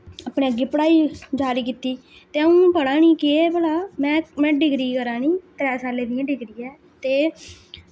अपनी अग्गें पढ़ाई जारी कीती ते अ'ऊं हून पढ़ा नी केह् ऐ भला में में डिग्री करा नी त्रै साल्लें दी डिग्री ऐ ते